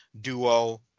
Duo